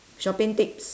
shopping tips